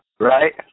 Right